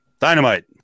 Dynamite